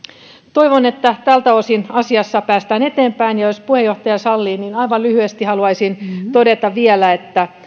toivon että tältä osin asiassa päästään eteenpäin ja jos puheenjohtaja sallii niin aivan lyhyesti haluaisin todeta vielä että lain